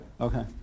Okay